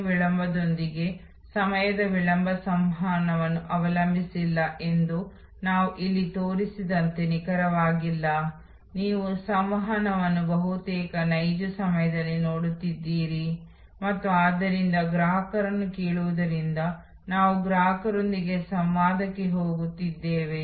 ಅವುಗಳಲ್ಲಿ ಕೆಲವು ನನ್ನ ಮುಂದಿನ ಉಪನ್ಯಾಸಗಳಲ್ಲಿ ನೀವು ಒದಗಿಸಿದ ಒಂದು ರೀತಿಯ ಉತ್ತಮ ಗುಣಮಟ್ಟದ ಇನ್ಪುಟ್ ಅನ್ನು ತೋರಿಸುತ್ತಿದ್ದೇನೆ ಆದರೆ ನಿಮ್ಮಲ್ಲಿ ಅನೇಕರು ಮುಂದೆ ಬರಬೇಕೆಂದು ನಾನು ಬಯಸುತ್ತೇನೆ ಮತ್ತು ಅದಕ್ಕಾಗಿಯೇ ನಾನು ಈ ಟೆಂಪ್ಲೆಟ್ಗಳನ್ನು ಒದಗಿಸುತ್ತಿದ್ದೇನೆ